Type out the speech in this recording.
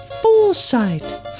foresight